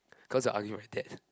cause I argue with my dad